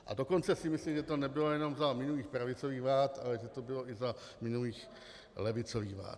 A dokonce si myslím, že to nebylo jenom za minulých pravicových vlád, ale že to bylo i za minulých levicových vlád.